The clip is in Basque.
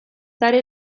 sare